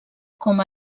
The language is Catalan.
com